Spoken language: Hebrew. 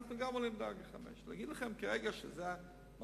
אנחנו גם עולים לדרגה 5. להגיד לכם כרגע שזה המצב?